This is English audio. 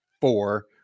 four